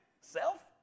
Self